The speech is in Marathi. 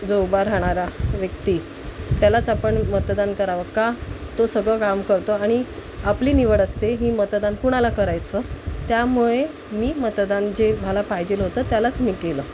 जो उभा राहणारा व्यक्ती त्यालाच आपण मतदान करावं का तो सगळं काम करतो आणि आपली निवड असते ही मतदान कुणाला करायचं त्यामुळे मी मतदान जे मला पाहिजे होतं त्यालाच मी केलं